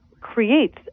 creates